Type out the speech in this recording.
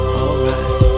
alright